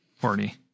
party